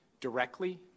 directly